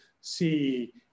see